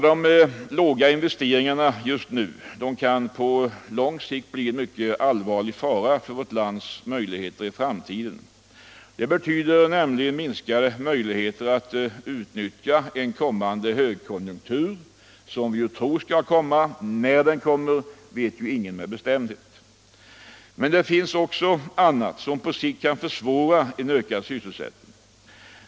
De små investeringarna just nu kan på lång sikt bli en mycket allvarlig fara för vårt land i framtiden. De betyder nämligen minskade möjligheter att utnyttja den högkonjunktur, som vi ju tror skall komma — när den kommer vet ingen med bestämdhet. Men det finns också annat, som på sikt kan försvåra en ökad sysselsättning.